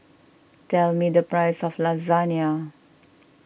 tell me the price of Lasagna